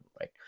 right